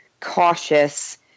cautious